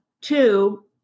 two